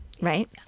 Right